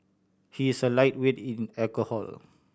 he is a lightweight in alcohol